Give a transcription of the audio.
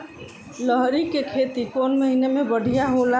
लहरी के खेती कौन महीना में बढ़िया होला?